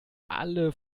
alle